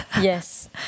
yes